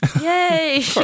Yay